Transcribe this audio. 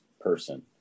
person